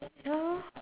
ya lor